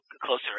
closer